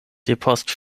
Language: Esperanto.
depost